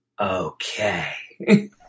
okay